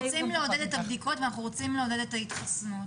אנחנו רוצים לעודד את הבדיקות ואנחנו רוצים לעודד את ההתחסנות,